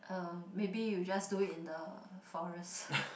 uh maybe you just do it in the forest